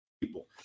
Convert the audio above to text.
people